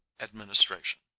Administration